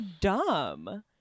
dumb